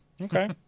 Okay